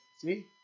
See